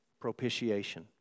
Propitiation